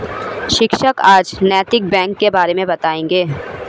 शिक्षक आज नैतिक बैंक के बारे मे बताएँगे